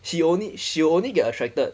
he only she only get attracted